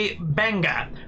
Benga